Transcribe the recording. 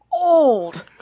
Old